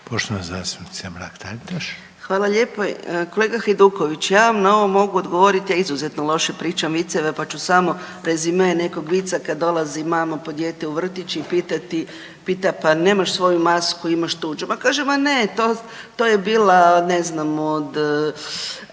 **Mrak-Taritaš, Anka (GLAS)** Hvala lijepo. Kolega Hajduković ja vam na ovo mogu odgovoriti ja izuzetno loše pričam viceve, pa ću samo rezime nekog vica kada dolazi mama po dijete u vrtić i pita – pa nemaš svoju masku imaš tuđu. Ma kaže – ma ne to je bila ne znam od